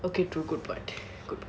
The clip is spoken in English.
okay true good point good point